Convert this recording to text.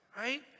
right